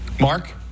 Mark